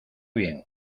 bien